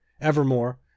Evermore